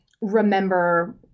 remember